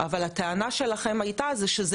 אבל הטענה שלכם הייתה שזה